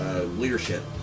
Leadership